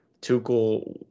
Tuchel